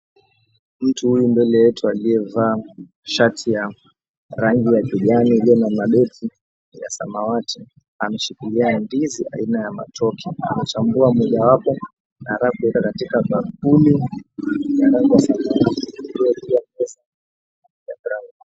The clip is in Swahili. Mtu aliye mbele yetu aliye vaa shati ya rangi ya kijani ilio na madoti ya samawati ameshikilia ndizi aina ya matoke amechagua mojawapo anataka kuweka katika bakuli ya rangi ya samawati ilio juu ya meza ya browni .